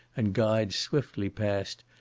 and glides swiftly past,